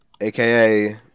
AKA